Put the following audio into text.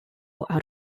out